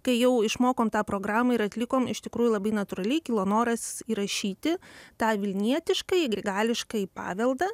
kai jau išmokom tą programą ir atlikom iš tikrųjų labai natūraliai kilo noras įrašyti tą vilnietiškąjį grigališkąjį paveldą